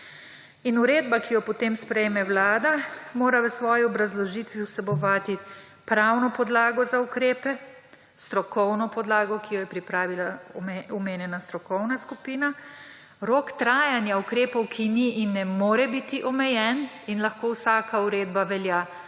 Uredba, ki jo potem sprejme vlada, mora v svoji obrazložitvi vsebovati pravno podlago za ukrepe, strokovno podlago, ki jo je pripravila omenjena strokovna skupina, rok trajanja ukrepov, ki ni in ne more biti omejen in lahko vsaka uredba velja